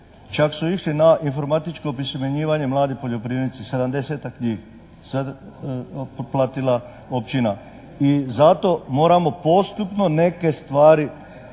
Čak su išli na informatičko opismenjivanje mladi poljoprivrednici 70-tak njih, sad platila općina i zato moramo postupno neke stvari uvoditi,